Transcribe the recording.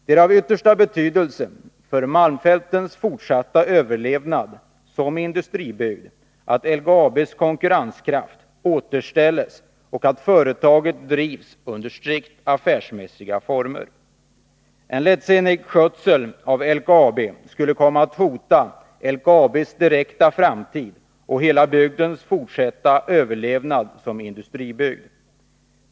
Det är av yttersta betydelse för malmfältens fortsatta överlevnad som industribygd att LKAB:s konkurrenskraft återställs och att företaget drivs under strikt affärsmässiga former. En lättsinnig skötsel av LKAB skulle komma att hota LKAB:s direkta framtid och hela bygdens fortsatta överlevnad som industribygd.